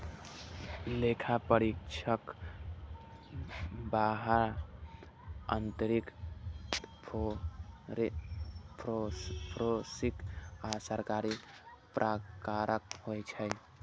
लेखा परीक्षक बाह्य, आंतरिक, फोरेंसिक आ सरकारी प्रकारक होइ छै